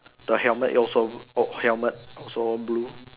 the helmet also oh helmet also blue